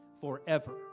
forever